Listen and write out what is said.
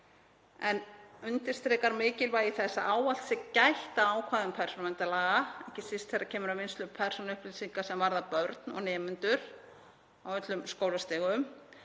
undirstrikar mikilvægi þess að ávallt sé gætt að ákvæðum persónuverndarlaga, ekki síst þegar kemur að vinnslu persónuupplýsinga sem varða börn og nemendur á öllum skólastigum.